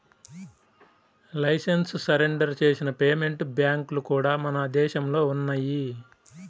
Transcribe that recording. licence surrender చేసిన payment బ్యాంక్లు కూడా మన దేశంలో ఉన్నయ్యి